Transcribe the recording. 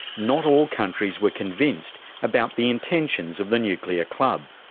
not all countries were convinced about the intentions of the nuclear club.